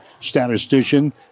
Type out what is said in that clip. statistician